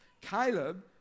Caleb